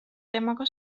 temaga